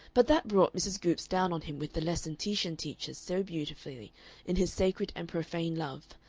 but that brought mrs. goopes down on him with the lesson titian teaches so beautifully in his sacred and profane love,